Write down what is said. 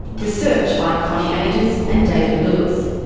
research by connie agius and david lewis.